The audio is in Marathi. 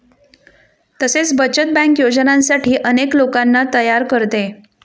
तसेच बचत बँक योजनांसाठी अनेक लोकांना तयार करते